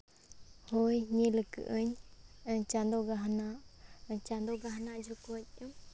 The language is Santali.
ᱦᱳᱭ ᱧᱮᱞᱟᱠᱟᱜᱼᱟᱹᱧ ᱪᱟᱸᱫᱳ ᱜᱟᱦᱱᱟᱜ ᱟᱨ ᱪᱟᱸᱫᱳ ᱜᱟᱦᱱᱟᱜ ᱡᱚᱠᱷᱚᱡᱽ